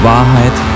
Wahrheit